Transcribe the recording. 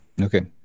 Okay